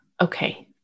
okay